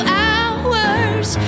hours